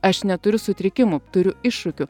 aš neturiu sutrikimų turiu iššūkių